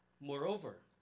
Moreover